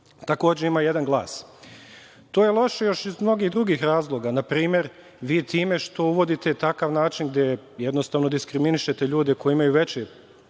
takođe ima jedan glas. To je loše iz mnogih drugih razloga, na primer, vi time što uvodite takav način gde jednostavno diskriminišete ljude koji imaju veće